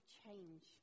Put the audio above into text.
change